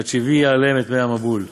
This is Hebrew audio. עד שהביא עליהם את מי המבול.